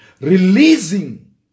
Releasing